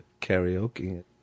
karaoke